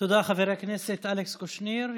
תודה, חבר הכנסת אלכס קושניר.